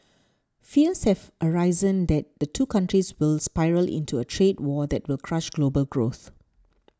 fears have arisen that the two countries will spiral into a trade war that will crush global growth